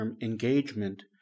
engagement